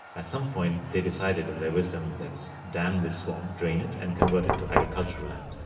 at some point they decided, in their wisdom, let's dam this swamp, drain it and convert it to agricultural land'.